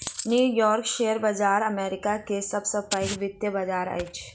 new York share बाजार America के सब से पैघ वित्तीय बाजार अछि